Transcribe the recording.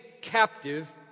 captive